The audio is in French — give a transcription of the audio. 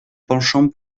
penchant